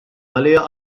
għaliha